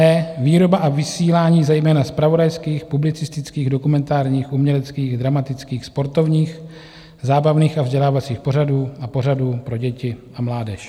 e) výroba a vysílání zejména zpravodajských, publicistických, dokumentárních, uměleckých, dramatických, sportovních, zábavných a vzdělávacích pořadů a pořadů pro děti a mládež.